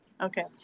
okay